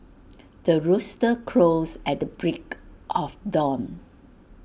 the rooster crows at the break of dawn